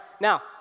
now